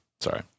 sorry